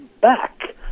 back